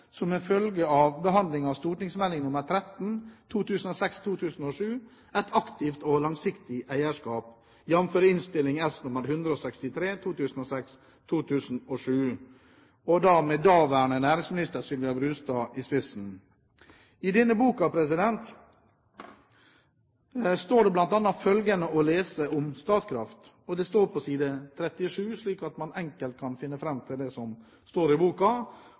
som en følge av behandlingen av St.meld. nr. 13 for 2006–2007, Et aktivt og langsiktig eierskap, jf. Innst. S. nr. 163 for 2006–2007, med daværende næringsminister Sylvia Brustad i spissen. I denne boken, «Regjeringens eierpolitikk», står det bl.a. følgende å lese om Statkraft – og det står på side 37, slik at man enkelt kan finne